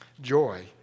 joy